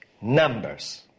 Numbers